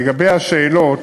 לגבי השאלות,